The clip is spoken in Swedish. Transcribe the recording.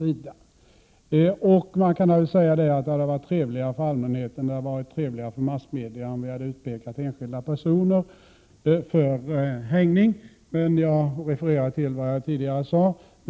Man kan naturligtvis säga att det hade varit trevligare för allmänheten och för massmedia om vi hade utpekat enskilda personer för hängning, men jag refererar till vad jag sade tidigare i detta avseende.